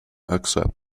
accept